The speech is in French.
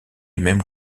même